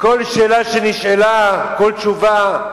כל שאלה שנשאלה, כל תשובה,